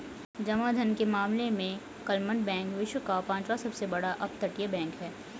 जमा धन के मामले में क्लमन बैंक विश्व का पांचवा सबसे बड़ा अपतटीय बैंक है